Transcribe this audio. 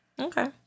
Okay